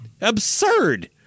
absurd